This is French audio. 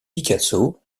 picasso